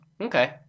okay